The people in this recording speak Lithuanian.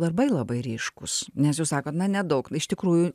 darbai labai ryškūs nes jūs sakot na nedaug iš tikrųjų